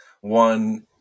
one